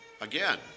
Again